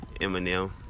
Eminem